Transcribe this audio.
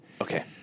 Okay